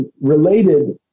related